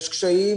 יש קשיים